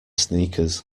sneakers